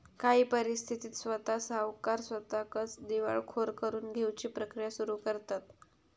काही परिस्थितीत स्वता सावकार स्वताकच दिवाळखोर करून घेउची प्रक्रिया सुरू करतंत